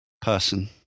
person